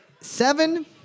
seven